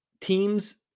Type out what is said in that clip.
teams